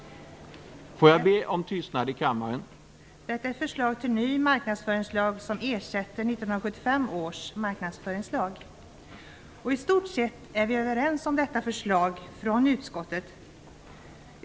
Detta är ett förslag till ny marknadsföringslag som ersätter 1975 års marknadsföringslag. I stort sett är vi överens om detta förslag från utskottet.